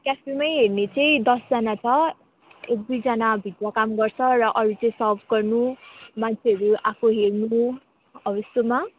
क्याफेमै हेर्ने दसजना छ एक दुईजना भित्र काम गर्छ र अरू चाहिँ सर्भ गर्नु मान्छेहरू आएको हेर्नु हो यस्तोमा